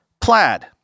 plaid